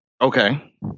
Okay